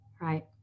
right